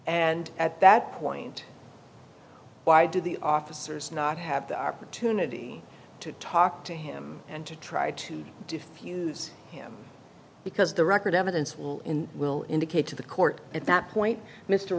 and at that point why did the officers not have the opportunity to talk to him and to try to defuse him because the record evidence will in will indicate to the court at that point mr